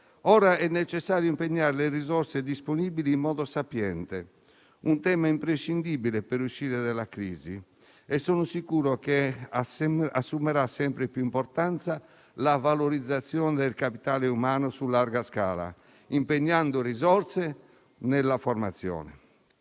ora è necessario impegnare le risorse disponibili in modo sapiente. Un tema imprescindibile per uscire dalla crisi, e che sono sicuro assumerà sempre più importanza, è la valorizzazione del capitale umano su larga scala, impegnando risorse nella formazione.